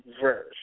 verse